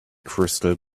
crystal